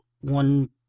one